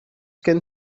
gen